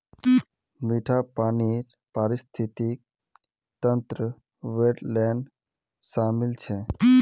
मीठा पानीर पारिस्थितिक तंत्रत वेट्लैन्ड शामिल छ